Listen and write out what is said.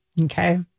okay